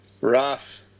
Rough